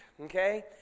okay